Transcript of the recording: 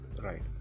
right